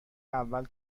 اول